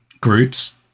groups